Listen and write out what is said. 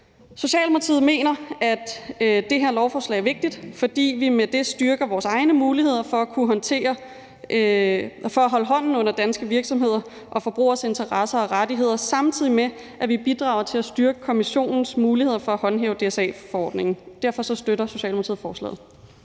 Socialdemokratiet mener, at det her lovforslag er vigtigt, fordi vi med det styrker vores egne muligheder for at holde hånden under danske virksomheder og forbrugeres interesser og rettigheder, samtidig med at vi bidrager til at styrke Kommissionens muligheder for at håndhæve DSA-forordningen. Derfor støtter Socialdemokratiet forslaget.